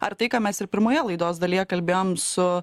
ar tai ką mes ir pirmoje laidos dalyje kalbėjom su